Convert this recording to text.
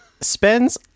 spends